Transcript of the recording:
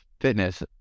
fitness